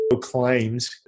claims